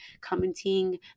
commenting